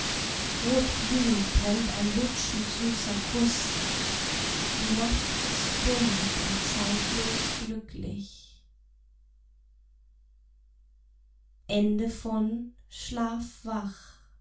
rotglühend brennt ein lutschend süßer kuß die nacht ist bunt und zeitlos glücklich